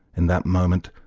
in that moment,